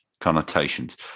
connotations